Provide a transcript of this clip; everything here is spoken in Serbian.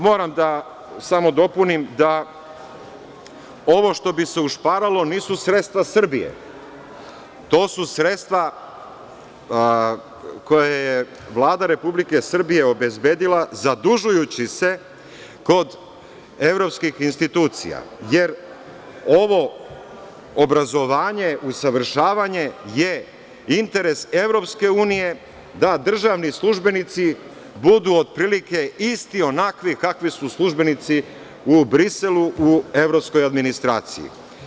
Moram samo da dopunim, da ovo što bi se ušparalo nisu sredstva Srbije, to su sredstva koja je Vlada Republike Srbije obezbedila zadužujući se kod evropskih institucija, jer ovo obrazovanje, usavršavanje, je interes EU, da državni službenici budu, otprilike, isti onakvi kakvi su službenici u Briselu u evropskoj administraciji.